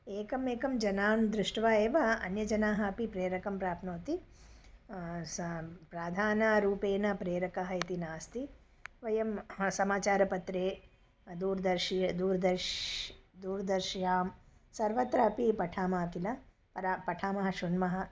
एकमेकं जनान् दृष्ट्वा एव अन्यजनाः अपि प्रेरकं प्राप्नोति सा प्राधानरूपेण प्रेरकः इति नास्ति वयं समाचारपत्रे दूरदर्शनं दूरदर्शनं दूरदर्शिन्यां सर्वत्रापि पठामः किल पर पठामः श्रुण्मः